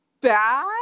bad